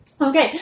Okay